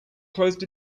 closed